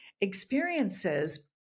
experiences